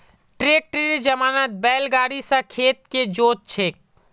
ट्रैक्टरेर जमानात बैल गाड़ी स खेत के जोत छेक